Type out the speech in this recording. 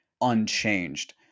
unchanged